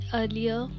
earlier